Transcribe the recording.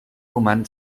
roman